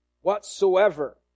whatsoever